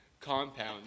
compound